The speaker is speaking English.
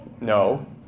No